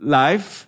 life